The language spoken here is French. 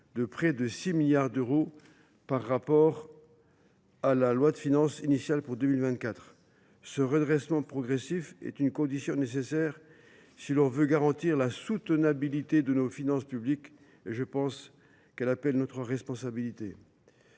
de près de 6 milliards d’euros par rapport à la loi de finances initiale pour 2024. Ce redressement progressif est un préalable nécessaire si nous voulons garantir la soutenabilité de nos finances publiques ; il y va de notre responsabilité.